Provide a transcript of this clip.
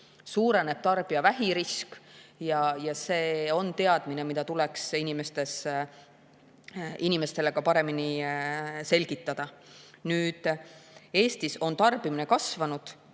suurendab tarbija vähiriski. See on teadmine, mida tuleks inimestele paremini selgitada. Nüüd, Eestis on tarbimine kasvanud